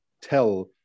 tell